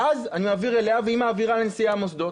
ואז אני מעביר אליה והיא מעבירה לנשיאי המוסדות.